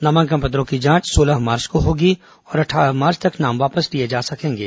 नामांकन पत्रों की जांच सोलह मार्च को होगी और अट्ठारह मार्च तक नाम वापस लिए जा सकेंगे